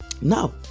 now